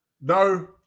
No